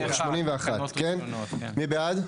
מי בעד?